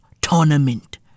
tournament